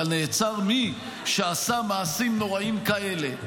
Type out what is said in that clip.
אבל נעצר מי שעשה מעשים נוראים כאלה,